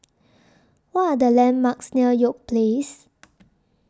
What Are The landmarks near York Place